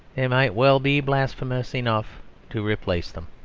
they might well be blasphemous enough to replace them.